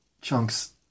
chunks